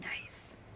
nice